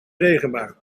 regenbui